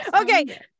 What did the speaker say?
okay